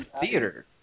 theater